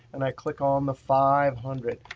and i click on the five hundred.